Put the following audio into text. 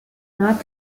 not